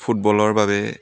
ফুটবলৰ বাবে